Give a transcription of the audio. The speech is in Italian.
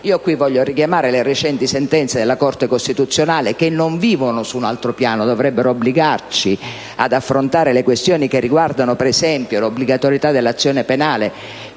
vorrei qui richiamare le recenti sentenze della Corte costituzionale, che non vivono su un altro piano, ma dovrebbero obbligarci ad affrontare le questioni che riguardano, per esempio, l'obbligatorietà della custodia